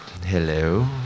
Hello